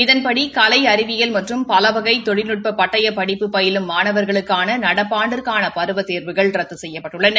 இதன்படி கலை அறிவியல் மற்றும் பலவகை தொழில்நட்ப பட்டயப்படிப்பு பயிலும் மாணவர்களுக்கான நடப்பு ஆண்டிற்கான பருவத் தேர்வுகள் ரத்து செய்யப்பட்டுள்ளன